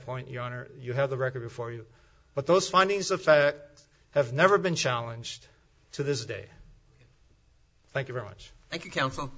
point your honor you have the record before you but those findings of fact have never been challenged to this day thank you very much thank you counsel